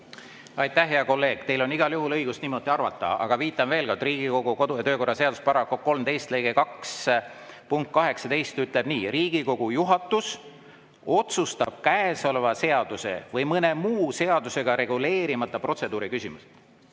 Aitäh! Hea kolleeg, teil on igal juhul õigus niimoodi arvata, aga ma viitan veel kord, et Riigikogu kodu- ja töökorra seaduse § 13 lõike 2 punkt 18 ütleb nii: Riigikogu juhatus otsustab käesoleva seaduse või mõne muu seadusega reguleerimata protseduuriküsimused.